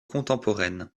contemporaine